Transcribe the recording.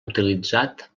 utilitzat